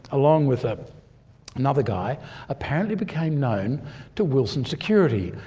along with a another guy apparently became known to wilson security.